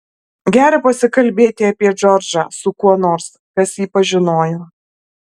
gera pasikalbėti apie džordžą su kuo nors kas jį pažinojo